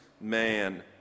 man